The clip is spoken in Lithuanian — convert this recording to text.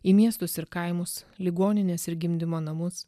į miestus ir kaimus ligonines ir gimdymo namus